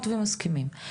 מסכימות ומסכימים.